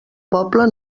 poble